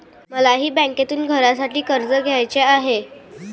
मलाही बँकेतून घरासाठी कर्ज घ्यायचे आहे